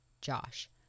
Josh